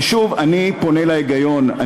ושוב, אני פונה להיגיון,